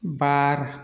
बार